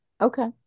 Okay